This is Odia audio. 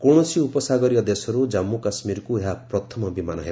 କୌଣସି ଉପସାଗରୀୟ ଦେଶରୁ ଜାମ୍ମୁ କାଶ୍ମୀରକୁ ଏହା ପ୍ରଥମ ବିମାନ ହେବ